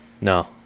no